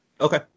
Okay